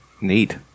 Neat